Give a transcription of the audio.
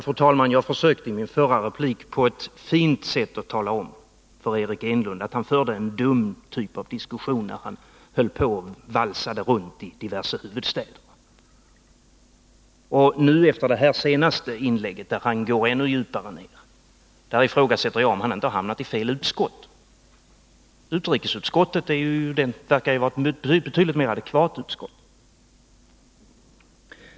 Fru talman! Jag försökte i min förra replik att på ett fint sätt tala om för Eric Enlund att han förde en dum typ av diskussion när han i sitt resonemang valsade runt i diverse huvudstäder. Efter hans senaste inlägg, där han gick ännu djupare in på detta, ifrågasätter jag om han inte har hamnat i fel utskott —- utrikesutskottet verkar ju vara ett betydligt mera adekvat utskott.